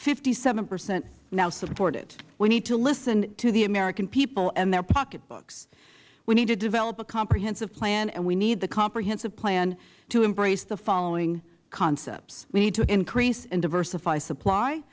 fifty seven percent now support it we need to listen to the american people and their pocketbooks we need to develop a comprehensive plan and we need the comprehensive plan to embrace the following concepts we need to increase and diversify supply